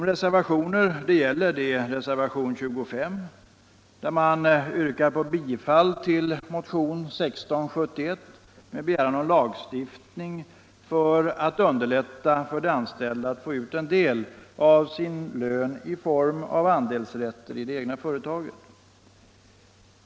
De reservationer det gäller är reservationen 25, där det yrkas bifall till motionen 1671 med begäran om lagstiftning för att underlätta för de anställda att få ut en del av sin lön i form av andelsrätter i det egna företaget.